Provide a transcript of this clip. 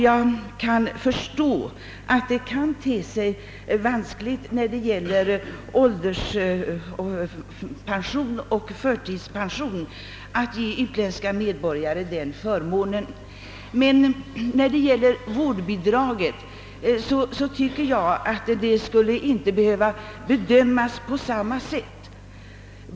Jag kan förstå att det kan te sig vanskligt när det gäller ålderspension och förtidspension att ge utländska medborgare sådana förmåner. Men när det gäller vårdbidraget borde det inte behöva bedömas på samma sätt.